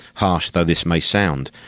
harsh though this may sound,